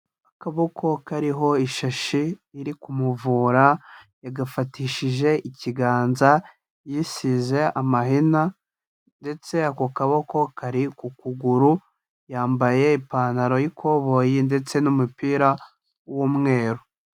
Akaboko kariho ishashi iri kumuvura yagafatishije ikiganza, yisize amahina ndetse ako kaboko kari ku kuguru, yambaye ipantaro y'ikoboyi ndetse n'umupira w'umweru.